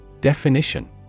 Definition